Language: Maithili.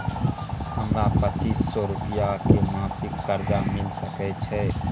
हमरा पच्चीस सौ रुपिया के मासिक कर्जा मिल सकै छै?